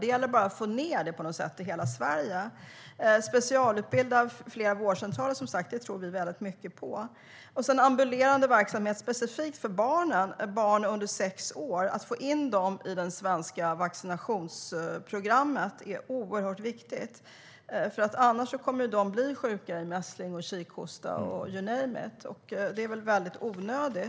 Det gäller bara att på något sätt få in det i hela Sverige. Att specialutbilda flera vårdcentraler tror vi väldigt mycket på. Sedan handlar det om ambulerande verksamhet som är specifik för barnen, barn under sex år. Att få in dem i det svenska vaccinationsprogrammet är oerhört viktigt. Annars kommer de att bli sjuka i mässling, kikhosta och you name it. Det är väldigt onödigt.